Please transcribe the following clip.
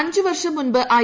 അഞ്ച് വർഷം മുൻപ് ഐ